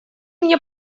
мне